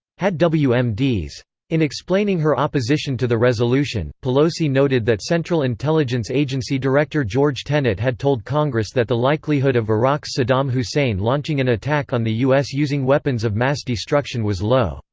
had wmds. in explaining her opposition to the resolution, pelosi noted that central intelligence agency director george tenet had told congress that the likelihood of iraq's saddam hussein launching an attack on the u s. using weapons of mass destruction was low.